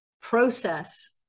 process